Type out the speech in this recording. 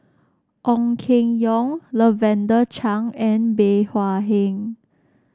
Ong Keng Yong Lavender Chang and Bey Hua Heng